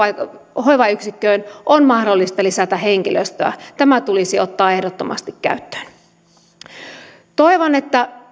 hoivayksikköön on mahdollista lisätä henkilöstöä tämä tulisi ottaa ehdottomasti käyttöön toivon että